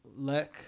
Leck